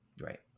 Right